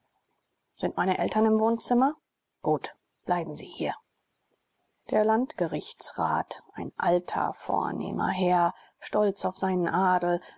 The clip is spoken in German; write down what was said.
sind meine eltern im wohnzimmer gut bleiben sie hier der landgerichtsrat ein alter vornehmer herr stolz auf seinen adel